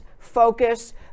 Focus